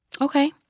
Okay